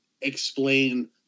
explain